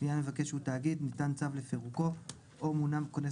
לעניין המבקש שהוא תאגיד ניתן צו לפירוקו או מונה כונס